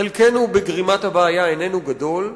חלקנו בגרימת הבעיה איננו גדול,